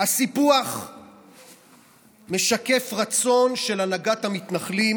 הסיפוח משקף רצון של הנהגת המתנחלים